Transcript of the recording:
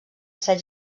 ser